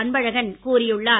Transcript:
அன்பழகன் கூறியுள்ளார்